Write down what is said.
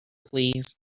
please